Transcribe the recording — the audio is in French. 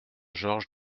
georges